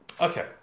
Okay